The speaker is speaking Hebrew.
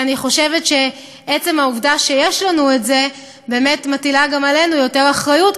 אני חושבת שזה באמת מטיל גם עלינו יותר אחריות,